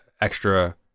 extra